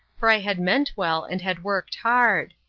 for i had meant well and had worked hard.